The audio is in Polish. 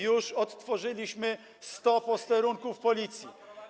Już odtworzyliśmy 100 posterunków Policji.